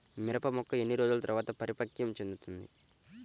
మిరప మొక్క ఎన్ని రోజుల తర్వాత పరిపక్వం చెందుతుంది?